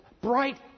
Bright